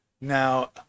now